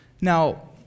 now